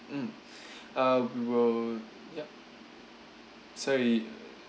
mm uh we will ya so you